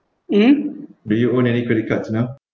mm do you own any credit cards now